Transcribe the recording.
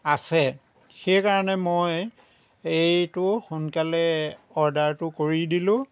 আছে সেইকাৰণে মই এইটো সোনকালে অৰ্ডাৰটো কৰি দিলোঁ